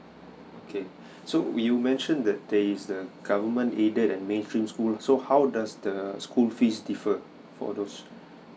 okay so you mentioned that there is the government aided and mainstream school so how does the school fees differ for those